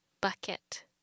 bucket